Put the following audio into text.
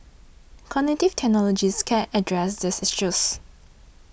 cognitive technologies can address these issues